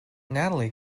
natalie